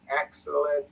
excellent